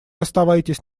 оставайтесь